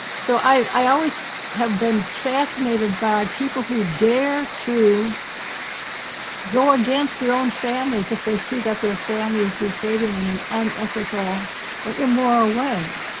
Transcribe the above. so i always have been fascinated by people who dare to go against their own families if they see that their family is behaving in an unethical or immoral way.